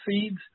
seeds